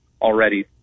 already